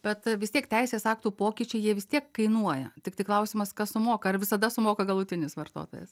bet vis tiek teisės aktų pokyčiai jie vis tiek kainuoja tiktai klausimas kas sumoka ar visada sumoka galutinis vartotojas